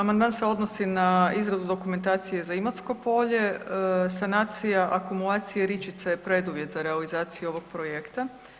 Amandman se odnosi na izradu dokumentacije za Imotsko polje, sanacija akumulacije Ričice je preduvjet za realizaciju ovog projekta.